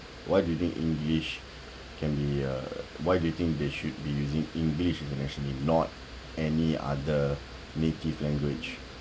why do you think english can be uh why do you think they should be using english internationally not any other native language